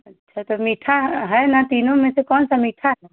अच्छा तब मीठा है ना तीनो में से कौन सा मीठा है